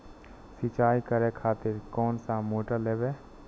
सीचाई करें खातिर कोन सा मोटर लेबे?